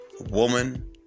woman